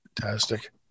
fantastic